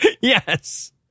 Yes